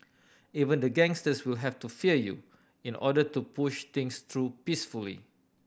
even the gangsters will have to fear you in order to push things through peacefully